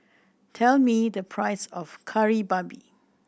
tell me the price of Kari Babi